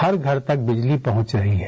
हर घर तक बिजली पहुंच रही है